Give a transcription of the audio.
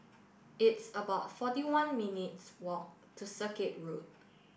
it's about forty one minutes' walk to Circuit Road